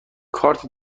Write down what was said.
کارت